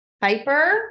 Piper